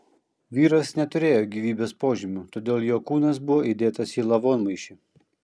vyras neturėjo gyvybės požymių todėl jo kūnas buvo įdėtas į lavonmaišį